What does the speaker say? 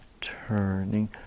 turning